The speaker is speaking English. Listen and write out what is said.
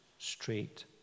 straight